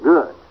Good